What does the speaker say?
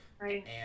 Right